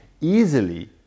easily